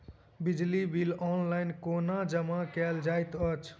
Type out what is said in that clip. बिजली bill online कोना जमा कएल जाइत अछि?